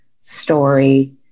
story